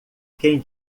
quem